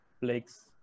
Blake's